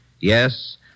Yes